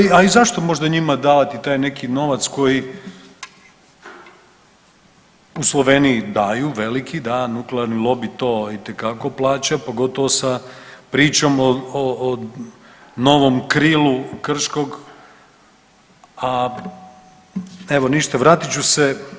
Osim toga, a i zašto možda njima davati taj neki novac koji u Sloveniji daju da veliki da nuklearni lobi to itekako plaća, pogotovo sa pričom o novom krilu Krškog, a evo ništa vratit ću se.